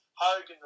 Hogan